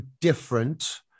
different